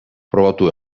probatu